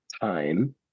time